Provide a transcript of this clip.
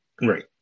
Right